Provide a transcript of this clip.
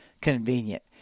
convenient